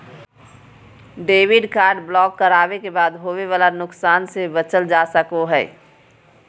debit card block करावे के बाद होवे वाला नुकसान से बचल जा सको हय